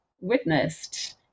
witnessed